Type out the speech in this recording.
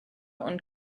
und